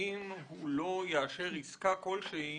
שאם הוא לא יאשר עסקה כלשהי